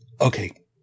Okay